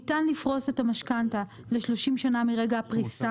ניתן לפרוס את המשכנתה ל-30 שנה מרגע הפריסה.